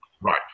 Right